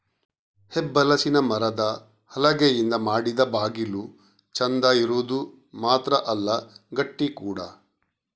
ಹೆಬ್ಬಲಸಿನ ಮರದ ಹಲಗೆಯಿಂದ ಮಾಡಿದ ಬಾಗಿಲು ಚಂದ ಇರುದು ಮಾತ್ರ ಅಲ್ಲ ಗಟ್ಟಿ ಕೂಡಾ